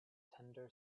tender